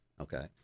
Okay